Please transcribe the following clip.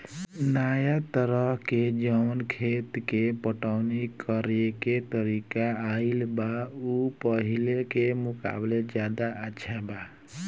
नाया तरह के जवन खेत के पटवनी करेके तरीका आईल बा उ पाहिले के मुकाबले ज्यादा अच्छा बा